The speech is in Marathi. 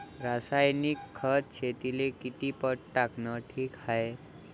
रासायनिक खत शेतीले किती पट टाकनं ठीक हाये?